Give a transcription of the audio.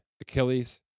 Achilles